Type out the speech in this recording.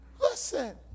listen